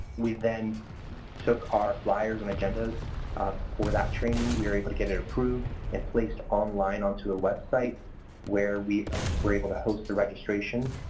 we then took our flyers and agendas for that training. we were able to get it approved and placed online onto a website where we were able to host the registration.